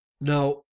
Now